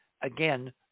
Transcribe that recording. again